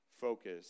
Focus